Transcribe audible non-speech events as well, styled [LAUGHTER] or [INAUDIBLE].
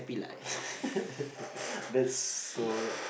[LAUGHS] that's so